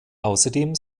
außerdem